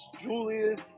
Julius